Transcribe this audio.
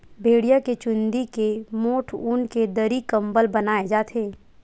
भेड़िया के चूंदी के मोठ ऊन के दरी, कंबल बनाए जाथे